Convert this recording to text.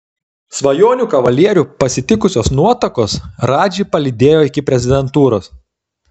svajonių kavalierių pasitikusios nuotakos radžį palydėjo iki prezidentūros